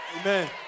Amen